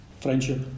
friendship